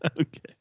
Okay